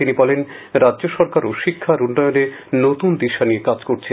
তিনি বলেন রাজ্য সরকারও শিক্ষার উন্নয়নে নতুন দিশা নিয়ে কাজ করছে